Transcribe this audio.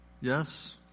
Yes